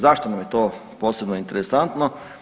Zašto nam je to posebno interesantno?